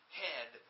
head